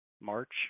March